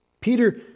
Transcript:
Peter